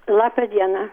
labą dieną